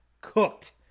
cooked